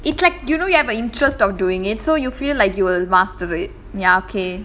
it's like you know you have a interest of doing it so you feel like you will master it ya okay